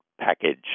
package